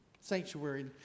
sanctuary